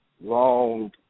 long